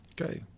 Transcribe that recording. Okay